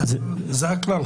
זה הכלל.